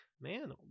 man